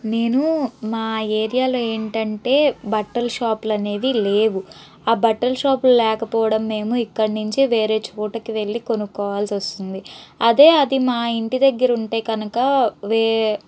నేను మా ఏరియాలో ఏంటంటే బట్టలు షాపులనేవి లేవు ఆ బట్టల షాపులు లేకపోవడం మేము ఇక్కడ్నించే వేరే చోటకి వెళ్లి కొనుక్కోవాల్సి వస్తుంది అదే అది మా ఇంటి దగ్గర ఉంటే కనుక వే